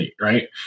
right